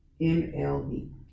MLB